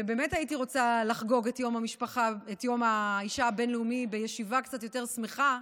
ובאמת הייתי רוצה לחגוג את יום האישה הבין-לאומי בישיבה קצת יותר שמחה.